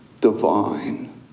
divine